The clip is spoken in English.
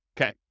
Okay